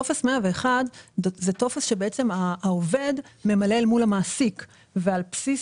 טופס 101 הוא טופס שהעובד ממלא אל מול המעסיק ועל בסיס